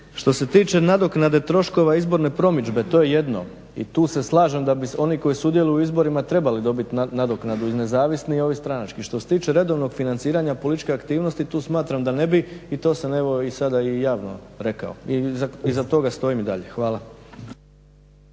Što se tiče nadoknade troškova izborne promidžbe, to je jedno, i tu se slažem da bi oni koji sudjeluju u izborima trebali dobiti nadoknadu i nezavisni i ovi stranački. Što se tiče redovnog financiranja političke aktivnosti tu smatram da ne bi i to sam evo i sada i javno rekao i iza toga stojim i dalje. Hvala.